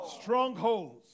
Strongholds